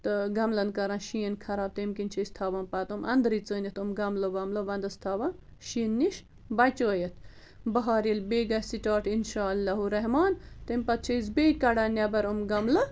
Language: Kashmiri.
تہٕ گملن کَران شیٖن خراب تَمہِ کِنۍ چھِ أسۍ تھاوان پتہٕ تِم انٛدرٕے ژٲنِتھ تِم گملہٕ وملہٕ ونٛدس تھاوان شیٖنہٕ نِش بَچٲیِتھ بَہار ییٚلہِ بیٚیہِ گَژھِ سِٹاٹ اِنشاء اللہُ رحمان تَمہِ پتہٕ چھِ أسۍ بیٚیہِ کَڑان نٮ۪بر یِم گملہٕ